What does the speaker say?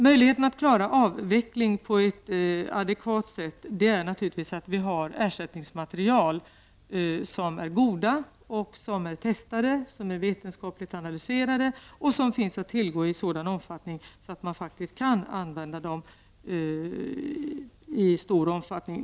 Möjligheten för att man skall klara en avveckling av amalgam på ett advekat sätt är naturligtvis att det finns ersättningsmaterial som är goda, testade, vetenskapligt analyserade och som finns att tillgå i sådan omfattning att de kan användas i stor skala.